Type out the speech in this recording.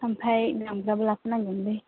ओमफ्राय लांजाब्लासो लांगोनलै